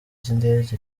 cy’indege